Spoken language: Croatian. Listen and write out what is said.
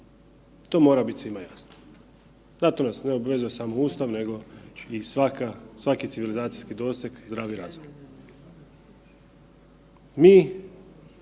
to mora biti svima jasno. Na to nas ne obvezuje samo Ustav nego i svaka, svaki civilizacijski doseg, zdravi razum.